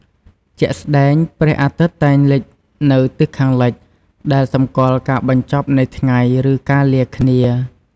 ជាក់ស្តែង ព្រះអាទិត្យតែងលិចនៅទិសខាងលិច ដែលសម្គាល់ការបញ្ចប់នៃថ្ងៃ ឬការលាគ្នា។